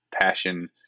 passion